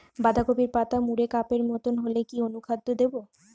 বাঁধাকপির পাতা মুড়ে কাপের মতো হলে কি অনুখাদ্য দেবো?